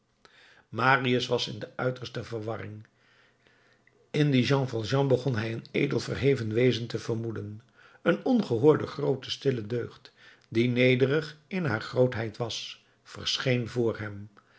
marius was in de uiterste verwarring in dien jean valjean begon hij een edel verheven wezen te vermoeden een ongehoorde groote stille deugd die nederig in haar grootheid was verscheen voor hem